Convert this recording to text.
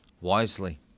wisely